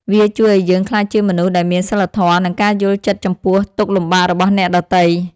វាជួយឱ្យយើងក្លាយជាមនុស្សដែលមានសីលធម៌ និងការយល់ចិត្តចំពោះទុក្ខលំបាករបស់អ្នកដទៃ